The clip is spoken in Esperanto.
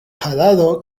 hararo